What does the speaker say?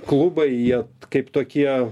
klubai jie kaip tokie